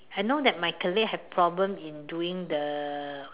I know that my colleague have problem in doing the